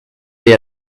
they